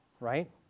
right